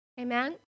Amen